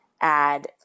add